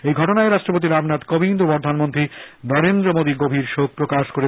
এই ঘটনায় রাষ্ট্রপতি রামনাথ কোবিন্দ ও প্রধানমন্ত্রী নরেন্দ্র মোদি গভীর শোক প্রকাশ করেছেন